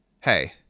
Hey